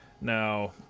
Now